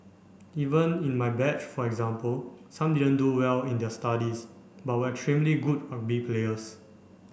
even in my batch for example some didn't do well in their studies but were extremely good rugby players